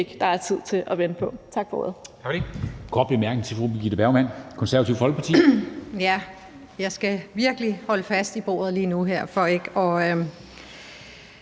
der er tid til at vente på. Tak for ordet.